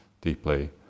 deeply